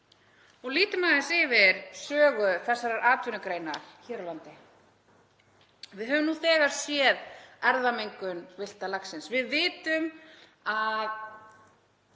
Lítum aðeins yfir sögu þessarar atvinnugreinar hér á landi. Við höfum nú þegar séð erfðamengun villta laxins. Við vitum að